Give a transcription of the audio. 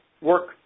work